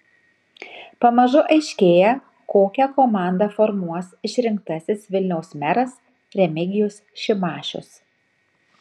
pamažu aiškėja kokią komandą formuos išrinktasis vilniaus meras remigijus šimašius